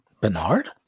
Bernard